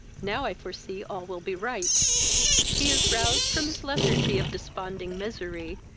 now i foresee all will be right he is roused from his lethargy of desponding misery,